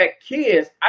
kids